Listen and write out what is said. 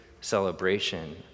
celebration